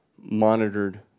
monitored